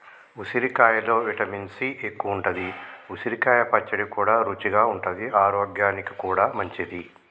ఉసిరికాయలో vitamin C ఎక్కువుంటది, ఉసిరికాయ పచ్చడి కూడా రుచిగా ఉంటది ఆరోగ్యానికి కూడా మంచిది